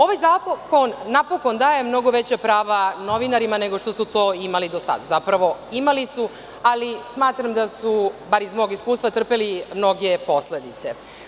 Ovaj zakon napokon daje mnogo veća prava novinarima nego što su to imali do sada, zapravo imali su, ali smatram da su, barem iz mog iskustva, trpeli mnoge posledice.